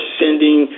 sending